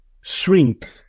shrink